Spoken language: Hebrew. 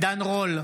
בעד עידן רול,